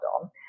on